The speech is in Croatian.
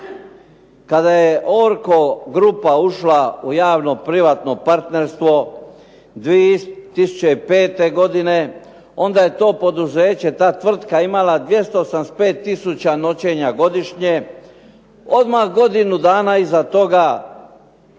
Klada je "Orco grupa" ušla u javno-privatno partnerstvo 2005. godine onda je to poduzeće, ta tvrtka imala 285 tisuća noćenja godišnje. Odmah godinu dana iza toga